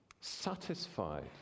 satisfied